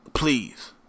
please